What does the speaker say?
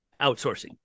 outsourcing